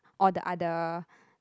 all the other